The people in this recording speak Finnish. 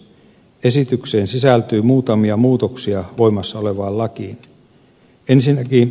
esitykseen sisältyy muutamia muutoksia voimassa olevaan lakiin